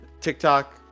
TikTok